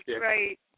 Right